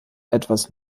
etwas